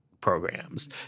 programs